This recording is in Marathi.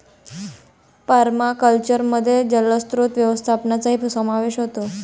पर्माकल्चरमध्ये जलस्रोत व्यवस्थापनाचाही समावेश होतो